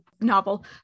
novel